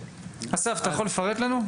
אסף אתה יכול לפרט לנו.